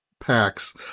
packs